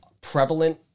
prevalent